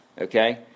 okay